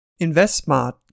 InvestSmart